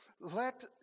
Let